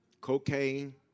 cocaine